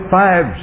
five